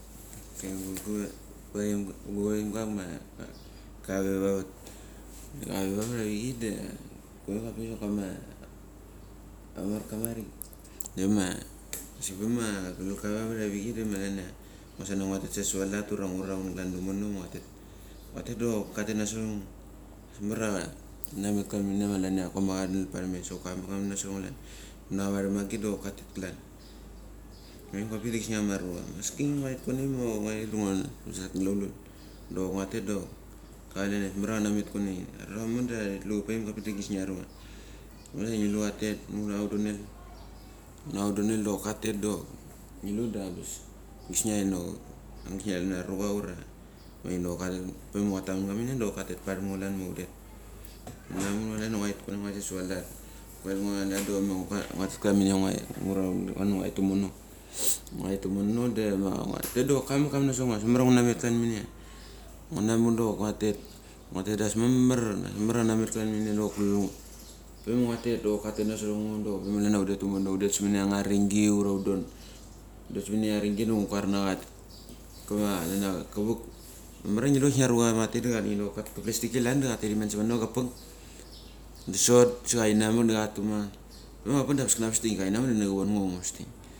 Paimbam kacham ma. paimga gu vaimga ma kave va vat. Da kave vavat avichei da, paim ga apichei sok kama amarka marik. Dema asik pema kulelka ve va vat avichei de ma lania ngusa ngua tet sava lat ura nga raun klan dumono ma ngaia tet. ngua tet dok katet nasorango. Ambas mamar ia kana met kalan manania komacha katet param mes so kamak, kamak nasorango klan. Ngu tet nacha param agit da katet klan. Paim gapik kisnia ama arocha maski ngaret kuanai ma nguaret da nguan nguaret sa glaulul, dok ngautet dok kave ambas mamar kanamet konai. A aroramo da titulucha paim gapik kisnia arucha, una ngunacha untet undonel dok katet dok ngilu da angabas, kisnia chok kisnia ngilu ia arucha ma chinok kadrem. Pema ngua tamen klan minia dok katet parem ngo klan ma hundet. hunamu klania nguait kuanai nguait savalat. kulel ngo valat dema nguatet klaminia nguaret ngu raun, pe ma nguaret tomono de ma nguatet dok kamek, kamek nasorango. Ambas mamaria ngunamet klaminia nguanamu dok nguatet da ambas mamar da kanamet klanminia dok kulu ngo pe ma nguatet dok katet nasorango dok pe malania hundet tumono hundet simini, angama aringi ura hundonel. Hundet simini aringi da ngu kurnachi ia kama klania kavak mamar ngi lu kisnia arucha katet dichinok katet ka plasticki klan da katet imano savano kapak da sot sa chai namek da katuma. Pe ma kapak da angabas kana vasding, ka van ngo diva ngu vasding.